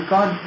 God